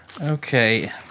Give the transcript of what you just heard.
Okay